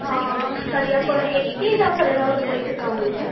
ஆ ஆ ஆ சரி அப்போது எக்ஸ்சேஞ்ச் ஆஃபர் ஏதாவது போய்கிட்ருக்கா உங்களுக்கு